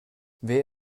wer